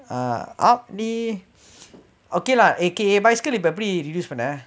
நீ:nee okay lah ஏன்:yaen okay eh bicycle இப்ப எப்படி:ippa eppadi reduce பண்ண:panna